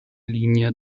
linie